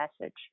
message